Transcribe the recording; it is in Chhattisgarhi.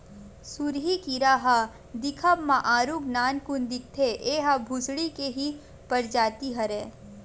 सुरही कीरा ह दिखब म आरुग नानकुन दिखथे, ऐहा भूसड़ी के ही परजाति हरय